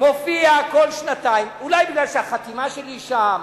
מופיע כל שנתיים, אולי כי החתימה שלי שם,